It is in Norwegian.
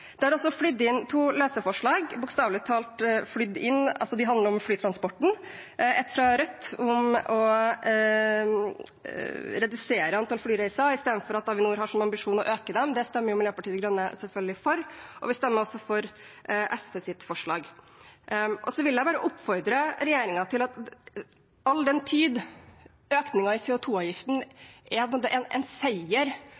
har også «flydd inn» to løse forslag, bokstavelig talt «flydd inn», de handler om flytransporten. Ett er fra Rødt om å redusere antall flyreiser i stedet for at Avinor skal ha som ambisjon å øke dem. Det stemmer Miljøpartiet De Grønne selvfølgelig for. Vi stemmer også for SVs forslag. Så vil jeg oppfordre regjeringen til – all den tid økningen i